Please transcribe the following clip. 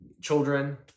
Children